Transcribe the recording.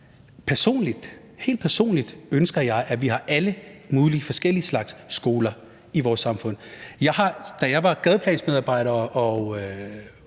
helt personligt ønsker jeg, at vi har alle mulige forskellige slags skoler i vores samfund. Da jeg var gadeplansmedarbejder og